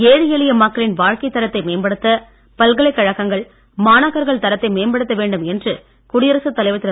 ஏழை எளிய மக்களின் வாழ்க்கைத் தரத்தை மேம்படுத்த பல்கலைக்கழகங்கள் மாணாக்கர்கள் தரத்தை மேம்படுத்த வேண்டும் என்று குடியரசுத் தலைவர் திரு